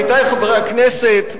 עמיתי חברי הכנסת,